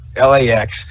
LAX